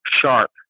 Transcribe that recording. Sharp